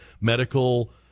medical